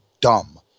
dumb